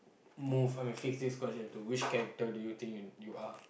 move I mean fix this question to which character do you think you are